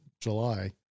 July